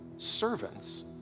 servants